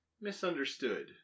misunderstood